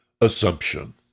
assumption